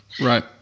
right